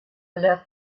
left